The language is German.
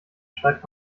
schreibt